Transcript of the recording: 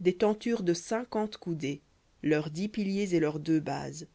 des tentures de cinquante coudées leurs dix piliers et leurs dix bases